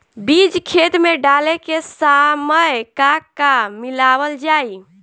बीज खेत मे डाले के सामय का का मिलावल जाई?